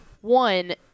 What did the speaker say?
One